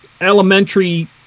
elementary